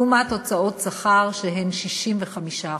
לעומת הוצאות השכר, שהן 65%;